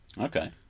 Okay